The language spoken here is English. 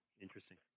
Interesting